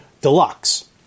deluxe